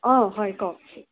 অঁ হয় কওক